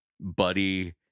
buddy